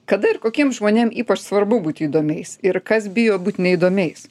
kada ir kokiem žmonėm ypač svarbu būti įdomiais ir kas bijo būt neįdomiais